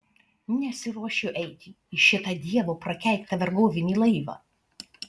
nesiruošiu eiti į šitą dievo prakeiktą vergovinį laivą